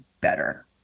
better